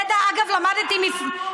את זה, דרך אגב, למדתי, כמה נמוך?